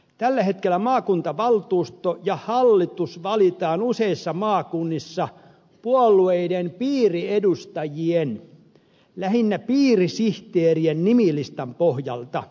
tällä hetkellä maakuntavaltuusto ja hallitus valitaan useissa maakunnissa puolueiden piiriedustajien lähinnä piirisihteerien nimilistan pohjalta